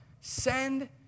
send